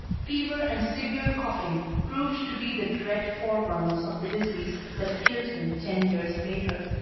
fever and severe coughing proved to be the dread forerunners of the disease that killed him ten years later.